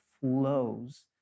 flows